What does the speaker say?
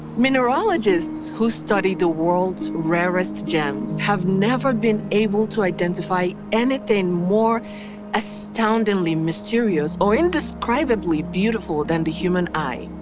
mineralogists, who study the worlds' rarest gems, have never been able to identify anything more ah outstandingly mysterious, or indescribably beautiful than the human eye.